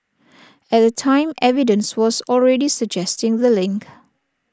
at the time evidence was already suggesting the link